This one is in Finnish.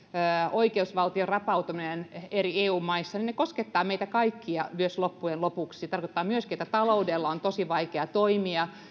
oikeusvaltion rapautuminen eri eu maissa koskettavat meitä kaikkia loppujen lopuksi se tarkoittaa myöskin sitä että talouden on tosi vaikea toimia